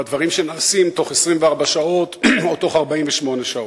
בדברים שנעשים תוך 24 שעות או 48 שעות.